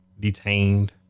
detained